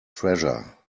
treasure